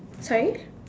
sorry